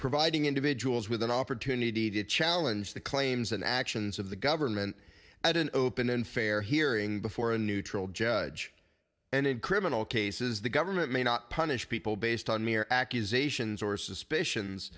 providing individuals with an opportunity to challenge the claims and actions of the government at an open and fair hearing before a neutral judge and in criminal cases the government may not punish people based on mere accusations or suspicions